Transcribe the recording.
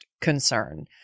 concern